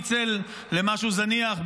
אבל את ההשפעה הזאת הוא לא ניצל למשהו זניח,